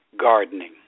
gardening